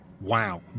wow